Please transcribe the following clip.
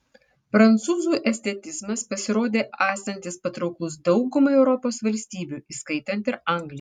prancūzų estetizmas pasirodė esantis patrauklus daugumai europos valstybių įskaitant ir angliją